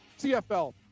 cfl